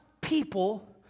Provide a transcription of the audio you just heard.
people